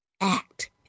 act